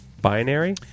Binary